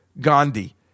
Gandhi